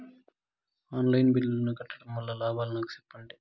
On line బిల్లుల ను కట్టడం వల్ల లాభాలు నాకు సెప్పండి?